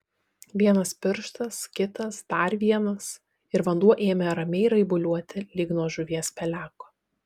vienas pirštas kitas dar vienas ir vanduo ėmė ramiai raibuliuoti lyg nuo žuvies peleko